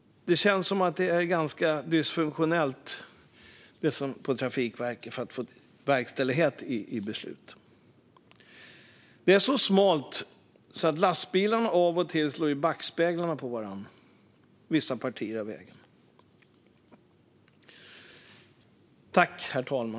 Det känns som att det är ganska dysfunktionellt på Trafikverket när det gäller att få verkställighet i beslut. Det är så smalt på vissa partier av den här vägen att lastbilarnas backspeglar slår i varandra. Jag stannar där, herr talman.